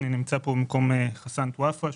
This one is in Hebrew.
אני נמצא פה במקום חסן טואפרה,